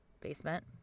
basement